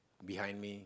behind me